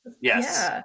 Yes